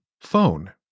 phone